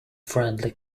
friendly